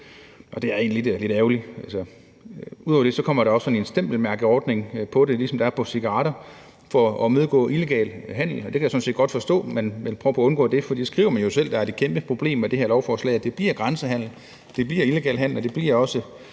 det er jo egentlig lidt ærgerligt. Ud over det kommer der også sådan en stempelmærkeordning på det, ligesom der er på cigaretter, for at imødegå illegal handel. Og det kan jeg sådan set godt forstå at man prøver på at undgå, for man skriver jo selv, at det er et kæmpe problem med det her lovforslag, at der bliver grænsehandel og der bliver illegal handel, og at man også